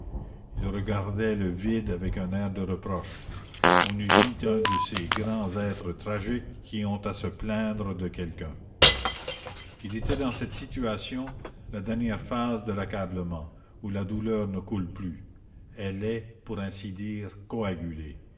il regardait le vide avec un air de reproche on eût dit un de ces grands êtres tragiques qui ont à se plaindre de quelqu'un il était dans cette situation la dernière phase de l'accablement où la douleur ne coule plus elle est pour ainsi dire coagulée